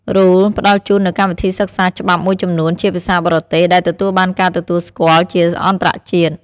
RULE ផ្តល់ជូននូវកម្មវិធីសិក្សាច្បាប់មួយចំនួនជាភាសាបរទេស ដែលទទួលបានការទទួលស្គាល់ជាអន្តរជាតិ។